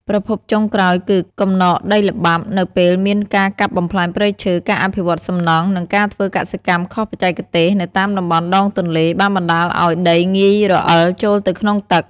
ប្រភពចុងក្រោយគឺ កំណកដីល្បាប់ នៅពេលមានការកាប់បំផ្លាញព្រៃឈើ ការអភិវឌ្ឍសំណង់ និងការធ្វើកសិកម្មខុសបច្ចេកទេសនៅតាមតំបន់ដងទន្លេ បានបណ្តាលឱ្យដីងាយរអិលចូលទៅក្នុងទឹក។